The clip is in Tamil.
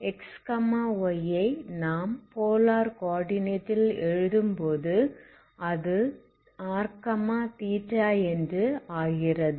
x y ஐ நாம் போலார் கோஆர்டினேட் ல் எழுதும்போது அது rθ என்று ஆகிறது